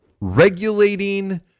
regulating